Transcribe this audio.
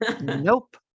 nope